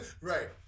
Right